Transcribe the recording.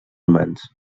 humans